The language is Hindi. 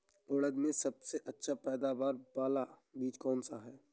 उड़द में सबसे अच्छा पैदावार वाला बीज कौन सा है?